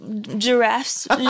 giraffes